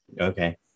Okay